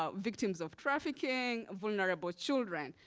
ah victims of trafficking, vulnerable children.